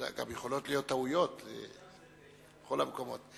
גם יכולות להיות טעויות בכל המקומות.